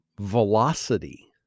velocity